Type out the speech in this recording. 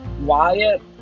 Wyatt